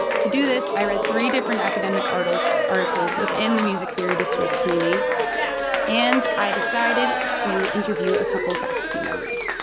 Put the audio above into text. to do this i read three different academic articles articles within the music theory discourse community and i decided to interview a couple faculty members.